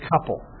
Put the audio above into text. couple